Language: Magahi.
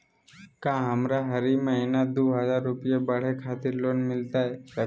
का हमरा हरी महीना दू हज़ार रुपया पढ़े खातिर लोन मिलता सको है?